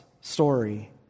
story